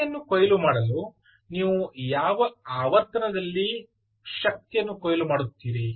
ಶಕ್ತಿಯನ್ನು ಕೊಯ್ಲು ಮಾಡಲು ನೀವು ಯಾವ ಆವರ್ತನದಲ್ಲಿ ಶಕ್ತಿಯನ್ನು ಕೊಯ್ಲು ಮಾಡಿತ್ತೀರಿ